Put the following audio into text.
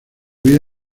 vida